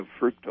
fructose